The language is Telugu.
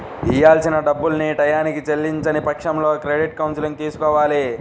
ఇయ్యాల్సిన డబ్బుల్ని టైయ్యానికి చెల్లించని పక్షంలో క్రెడిట్ కౌన్సిలింగ్ తీసుకోవాలి